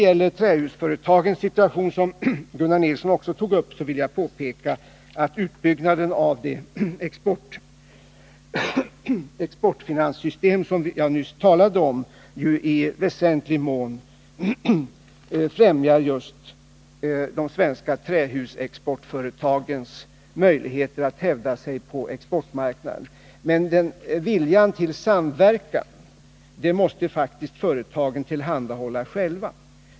Gunnar Nilsson tog också upp trähusföretagens situation. Utbyggnaden av det exportfinansieringssystem som jag nyss talade om främjar i väsentlig mån just de svenska trähusexportföretagens möjligheter att hävda sig på exportmarknaden. Men viljan till samverkan måste faktiskt företagen själva tillhandahålla.